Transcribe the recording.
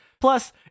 Plus